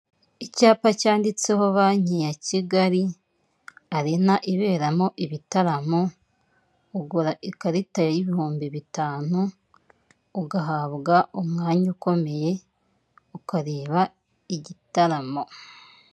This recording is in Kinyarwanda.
Icyapa cyanditseho banki ya Kigali Arena, iberamo ibitaramo, ugura ikarita y'ibihumbi bitanu, ugahabwa umwanya ukomeye, ukareba igitaramo.